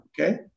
Okay